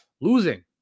Losing